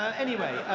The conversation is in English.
ah anyway.